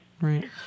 Right